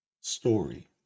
story